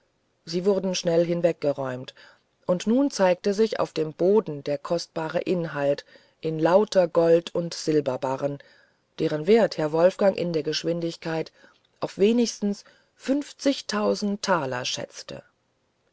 sie wurden schnell hinweggeräumt und nun erst zeigte sich auf dem boden der kostbare inhalt in lauter gold und silberbarren deren wert herr wolfgang in der geschwindigkeit auf wenigstens fünfzigtausend taler schätzte